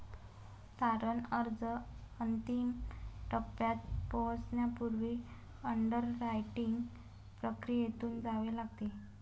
तारण अर्ज अंतिम टप्प्यात पोहोचण्यापूर्वी अंडररायटिंग प्रक्रियेतून जावे लागते